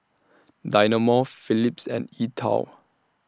Dynamo Phillips and E TWOW